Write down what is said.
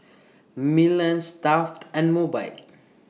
Milan Stuff'd and Mobike